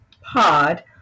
Pod